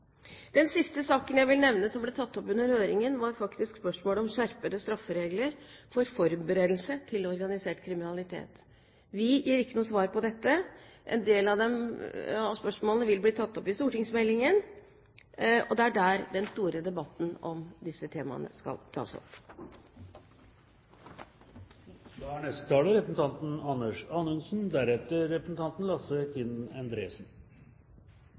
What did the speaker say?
Den siste saken jeg vil nevne, og som ble tatt opp under høringen, er spørsmålet om skjerpede strafferegler for forberedelse til organisert kriminalitet. Vi gir ikke noe svar på dette. En del av spørsmålene vil bli tatt opp i stortingsmeldingen, og det er der den store debatten om disse temaene skal tas